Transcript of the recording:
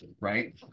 right